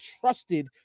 trusted